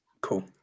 Cool